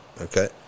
Okay